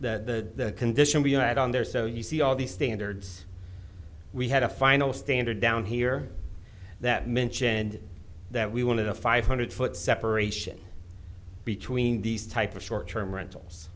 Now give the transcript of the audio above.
the the condition be an add on there so you see all these standards we had a final standard down here that mentioned that we wanted a five hundred foot separation between these type of short term rentals